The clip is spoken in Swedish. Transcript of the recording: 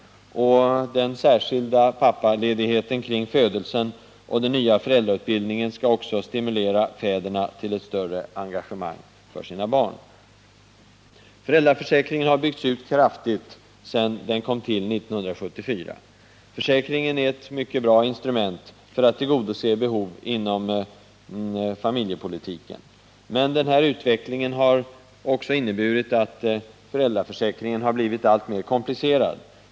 Den särskilda pappaledigheten kring födelsen och den nya föräldrautbildningen skall också stimulera fäderna till ett större engagemang för sina barn. Föräldraförsäkringen har byggts ut mycket kraftigt sedan den kom till 1974. Försäkringen är ett utmärkt instrument för att tillgodose behov inom familjepolitiken. Men den här utvecklingen har också inneburit att föräldraförsäkringen har blivit alltmer komplicerad.